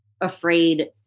afraid